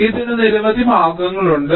ഇതിന് നിരവധി മാർഗങ്ങളുണ്ട്